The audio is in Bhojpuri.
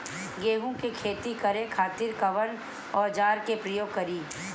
गेहूं के खेती करे खातिर कवन औजार के प्रयोग करी?